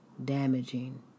damaging